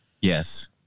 Yes